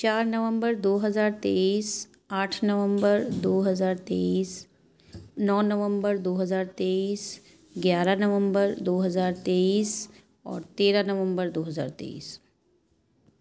چار نومبر دو ہزار تئیس آٹھ نومبر دو ہزار تئیس نو نومبر دو ہزار تئیس گیارہ نومبر دو ہزار تئیس اور تیرہ نومبر دو ہزار تئیس